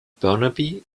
burnaby